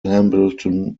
hambleton